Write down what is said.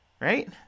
right